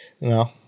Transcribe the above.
no